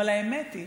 אבל האמת היא,